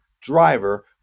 driver